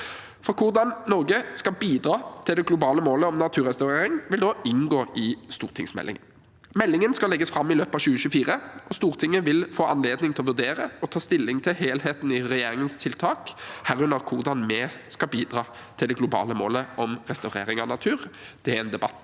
det. Hvordan Norge skal bidra til det globale målet om naturrestaurering, vil inngå i stortingsmeldingen. Meldingen skal legges fram i løpet av 2024, og Stortinget vil få anledning til å vurdere og ta stilling til helheten i regjeringens tiltak, herunder hvordan vi skal bidra til det globale målet om restaurering av natur. Det er en debatt